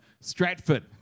Stratford